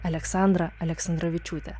aleksandra aleksandravičiūte